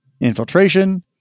infiltration